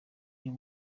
uyu